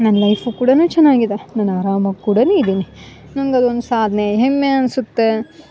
ನನ್ನ ಲೈಫು ಕೂಡಾನು ಚೆನ್ನಾಗಿದೆ ನಾನು ಅರಾಮಾಗ ಕೂಡಾನು ಇದೀನಿ ನಂಗ ಅದೊಂದು ಸಾಧ್ನೆ ಹೆಮ್ಮೆ ಅನ್ಸುತ್ತೆ